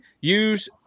Use